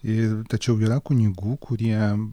ir tačiau yra kunigų kurie